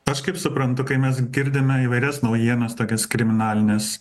aš kaip suprantu kai mes girdime įvairias naujienas tokias kriminalines